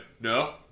no